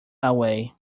away